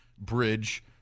bridge